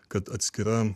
kad atskira